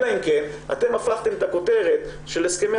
אלא אם כן אתם הפכתם את הכותרת של הסכמי